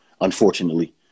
unfortunately